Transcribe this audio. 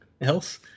else